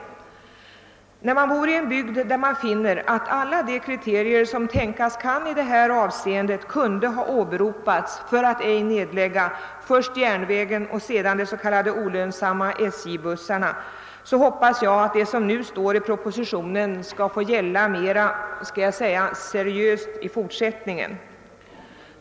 Eftersom jag bor i en bygd där alla de kriterier som tänkas kan i detta avseende kunde ha åberopats för att ej nedlägga först järnvägen och sedan de s.k. olönsamma SJ-bussarna, hoppas jag, att det som nu står i propositionen skall få gälla mera, skall jag säga, »seriöst» i fortsättningen.